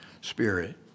spirit